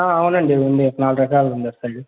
అవునండి ఇ ఉన్నాయి నాలుగు ఎకరాలు ఉన్నాయి చెప్పండి